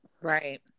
Right